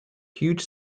huge